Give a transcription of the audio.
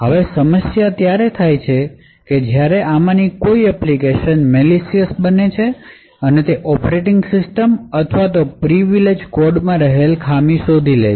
હવે સમસ્યા ત્યારે થાય છે કે જ્યારે આમાંની કોઈ એપ્લિકેશન મેલિશયસ બને અને તે ઓપરેટિંગ સિસ્ટમ અથવા તો પ્રિવિલેજ કોડ માં રહેલી ખામી શોધી લે